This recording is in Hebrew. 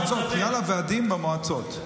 המועצות, כלל הוועדים במועצות.